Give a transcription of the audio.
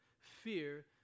fear